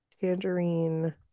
Tangerine